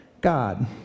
God